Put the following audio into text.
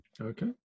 Okay